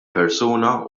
persuna